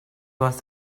was